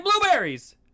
blueberries